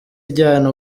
ijyana